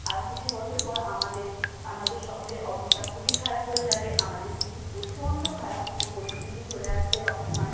আর কিছু বছর পর আমাদের আমাদের শহরের অবস্থা খুবই খারাপ হয়ে যাবে আমাদের সিটি প্রচণ্ড খারাপ প পরিস্থিতি চলে আসবে তখন মানুষ